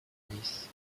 nice